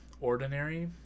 Ordinary